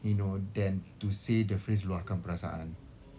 you know than to say the phrase luahkan perasaan